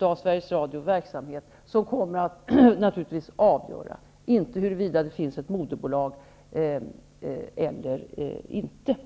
av Sveriges Radios verksamhet som kommer att avgöra, inte huruvida det finns ett moderbolag eller inte.